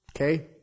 Okay